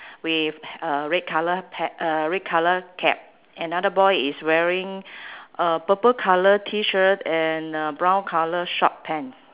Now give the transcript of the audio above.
with a red colour ca~ uh red colour cap another boy is wearing a purple colour T-shirt and uh brown colour short pant